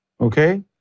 Okay